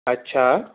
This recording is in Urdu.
اچھا